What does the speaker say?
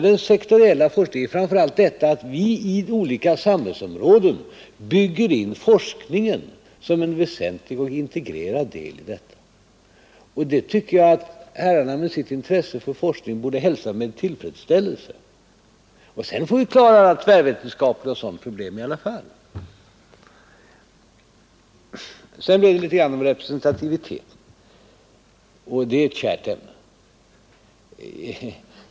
Den sektoriella forskningen, och framför allt detta att vi på olika samhällsområden bygger in forskningen som en väsentlig och integrerad del, tycker jag att herrarna med sitt intresse för forskning borde hälsa med tillfredsställelse. Sedan får vi klara upp tvärvetenskapliga och andra problem i alla fall. Representativiteten är ju ett kärt ämne.